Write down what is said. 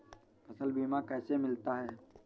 फसल बीमा कैसे मिलता है?